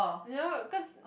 you know cause